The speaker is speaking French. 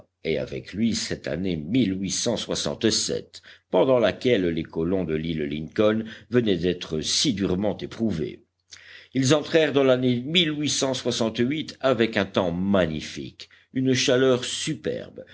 et avec lui cette année pendant laquelle les colons de l'île lincoln venaient d'être si durement éprouvés ils entrèrent dans l'année avec un temps magnifique une chaleur superbe